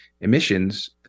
emissions